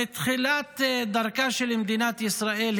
מתחילת דרכה של מדינת ישראל,